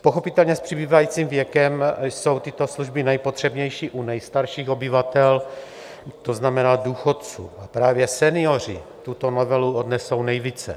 Pochopitelně s přibývajícím věkem jsou tyto služby nejpotřebnější u nejstarších obyvatel, to znamená důchodců, a právě senioři tuto novelu odnesou nejvíce.